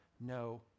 no